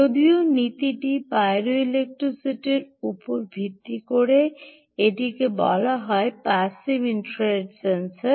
যদিও নীতিটি পাইরোইলেক্ট্রিটির উপর ভিত্তি করে এটিকে বলা হয় প্যাসিভ ইনফ্রারেড সেন্সর